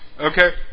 okay